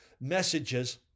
messages